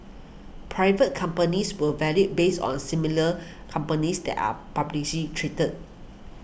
private companies were valued based on similar companies that are publicly traded